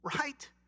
right